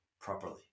Properly